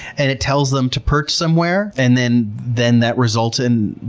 and it tells them to perch somewhere, and then then that results in,